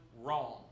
wrong